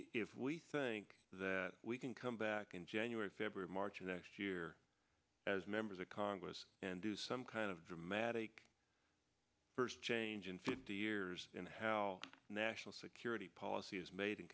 if we think that we can come back in january february march next year as members of congress and do some kind of dramatic change in fifty years in how national security policy is made